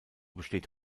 besteht